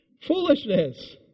Foolishness